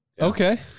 Okay